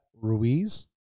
Ruiz